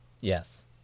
yes